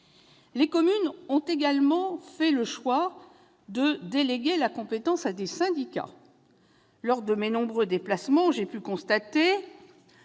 Les communes ont également fait le choix de déléguer la compétence à des syndicats. Lors de mes nombreux déplacements, j'ai pu constater